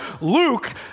Luke